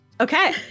okay